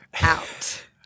out